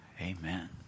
Amen